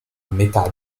metà